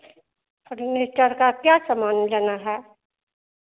furniture का क्या सामान लेना है